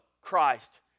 Christ